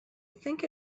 think